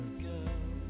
girl